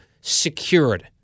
secured